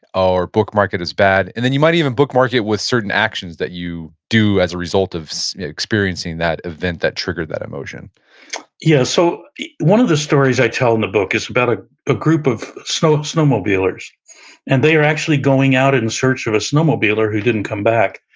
or bookmark it as bad, and then you might even bookmark it with certain actions that you do as a result of experiencing that event that triggered that emotion yeah. so one of the stories i tell in the book is about a a group of so snowmobilers and they are actually going out in search of a snowmobiler who didn't come back.